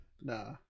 Nah